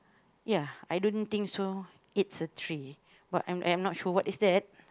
ya I don't think so it's a tree but I'm not sure what is that